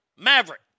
Maverick